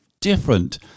different